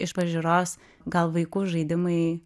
iš pažiūros gal vaikų žaidimai